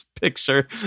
picture